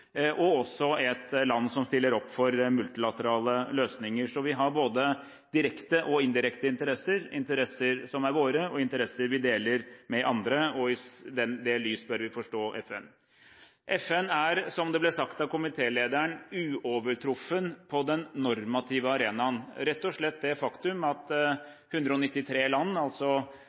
og et land som stiller opp for multilaterale løsninger. Så vi har både direkte og indirekte interesser – interesser som er våre, og interesser vi deler med andre. I det lys bør vi forstå FN. FN er, som det ble sagt av komitélederen, uovertruffen på den normative arenaen. Rett og slett det faktum at 193 land, altså